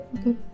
okay